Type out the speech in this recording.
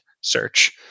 search